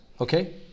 Okay